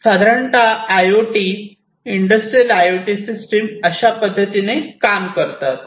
साधारणतः I O T industrial I O T system अशा पद्धतीने काम करतात